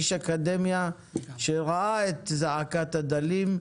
איש אקדמיה שראה את זעקת הדלים,